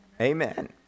Amen